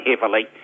heavily